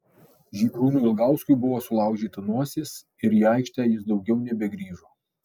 žydrūnui ilgauskui buvo sulaužyta nosis ir į aikštę jis daugiau nebegrįžo